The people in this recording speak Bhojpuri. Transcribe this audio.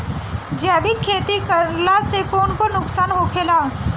जैविक खेती करला से कौन कौन नुकसान होखेला?